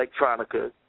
Electronica